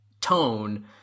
Tone